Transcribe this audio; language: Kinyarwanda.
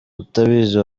utabizi